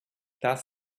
thus